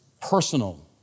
personal